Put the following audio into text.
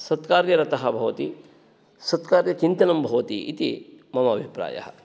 सत्कार्यरतः भवति सत्कार्यचिन्तनं भवति इति मम अभिप्रायः